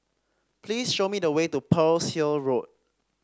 please show me the way to Pearl's Hill Road